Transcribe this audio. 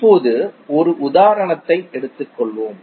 இப்போது ஒரு உதாரணத்தை எடுத்துக் கொள்வோம்